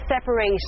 separate